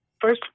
first